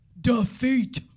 defeat